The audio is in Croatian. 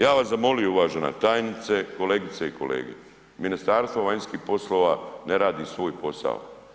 Ja bi vas zamolio uvažena tajnice, kolegice i kolege, Ministarstvo vanjskih poslova ne radi svoj posao.